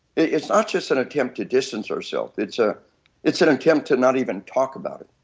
it's not just an attempt to distance ourselves. it's ah it's an attempt to not even talk about it,